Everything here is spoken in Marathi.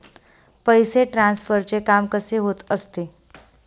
पैसे ट्रान्सफरचे काम कसे होत असते?